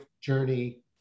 journey